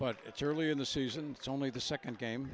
but it's early in the season and it's only the second game